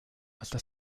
hasta